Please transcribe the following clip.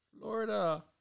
Florida